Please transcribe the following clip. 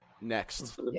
Next